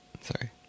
Sorry